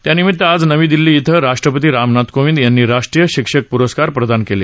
त्यानिमित्त आज नवी दिल्ली डों राष्ट्रपती रामनाथ कोविंद यांनी राष्ट्रीय शिक्षक पुरस्कार प्रदान केले